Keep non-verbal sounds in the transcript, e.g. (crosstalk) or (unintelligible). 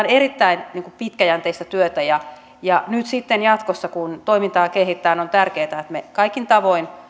(unintelligible) erittäin pitkäjänteistä työtä ja ja nyt sitten jatkossa kun toimintaa kehitetään on tärkeätä että kaikin tavoin